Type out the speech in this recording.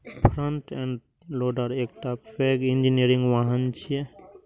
front end loader एकटा पैघ engineering वाहन छियै